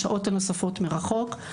השעות הנוספות מרחוק,